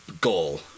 goal